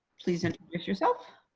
please introduce yourself.